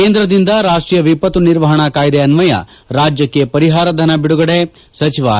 ಕೇಂದ್ರದಿಂದ ರಾಷ್ವೀಯ ವಿಪತ್ತು ನಿರ್ವಹಣಾ ಕಾಯ್ದೆ ಅನ್ವಯ ರಾಜ್ಯಕ್ಷೆ ಪರಿಹಾರ ಧನ ಬಿಡುಗಡೆ ಸಚಿವ ಆರ್